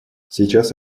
сейчас